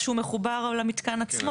לא, מה שהוא מחובר לו למתקן עצמו.